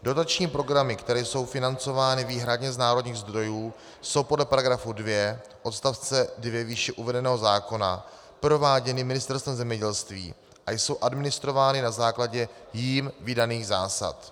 Dotační programy, které jsou financovány výhradně z národních zdrojů, jsou podle § 2 odst. 2 výše uvedeného zákona prováděny Ministerstvem zemědělství a jsou administrovány na základě jím vydaných zásad.